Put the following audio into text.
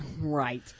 Right